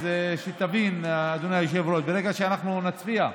תבין, אדוני היושב-ראש, ברגע שאנחנו נצביע,